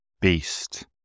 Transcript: Beast